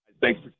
Thanks